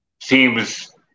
Seems